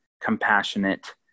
compassionate